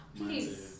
please